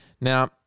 Now